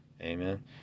Amen